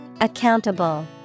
Accountable